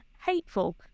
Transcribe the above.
hateful